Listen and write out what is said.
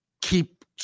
keep